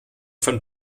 von